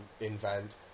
invent